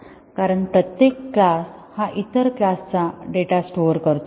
कारण प्रत्येक क्लास हा इतर क्लास चा डेटा स्टोअर करतो